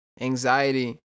anxiety